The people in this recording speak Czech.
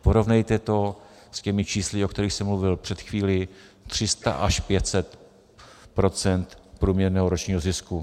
Porovnejte to s těmi čísly, o kterých jsem mluvil před chvílí 300 až 500 % průměrného ročního zisku.